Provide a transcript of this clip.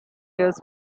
years